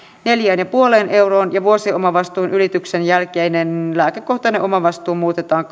neljään pilkku viiteenkymmeneen euroon ja vuosiomavastuun ylityksen jälkeinen lääkekohtainen omavastuu muutetaan